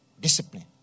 discipline